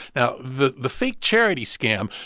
now, the the fake charity scam,